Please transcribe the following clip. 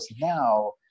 now